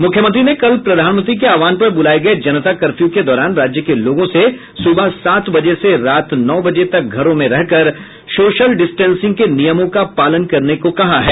मुख्यमंत्री ने कल प्रधानमंत्री के आहवान पर बुलाये गये जनता कर्फ्यू के दौरान राज्य के लोगों से सुबह सात बजे से रात नौ बजे तक घरों में रहकर सोशल डिस्टेंसिंग के नियमों का पालन करने का कहा है